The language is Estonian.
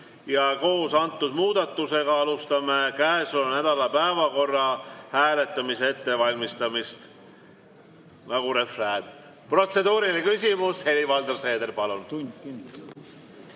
Koos antud muudatusega alustame käesoleva nädala päevakorra hääletamise ettevalmistamist. Nagu refrään. Protseduuriline küsimus. Helir-Valdor Seeder, palun!